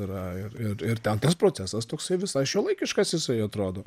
yra ir ir ir ten tas procesas toksai visai šiuolaikiškas jisai atrodo